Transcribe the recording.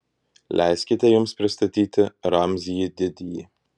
leiskite jums pristatyti ramzį didįjį